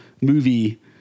movie